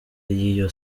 y’iyo